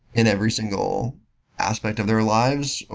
in every single aspect of their lives, ah